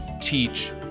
teach